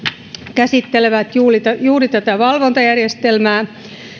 käsittelevät juuri juuri tätä valvontajärjestelmää